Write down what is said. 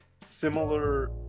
similar